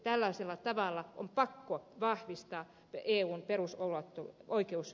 tällaisella tavalla on pakko vahvistaa eun perusoikeusulottuvuutta